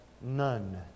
none